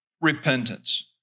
repentance